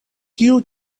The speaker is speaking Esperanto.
kiu